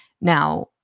Now